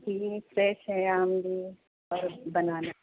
جی یہ فریش ہے آم بھی یہ اور بنانا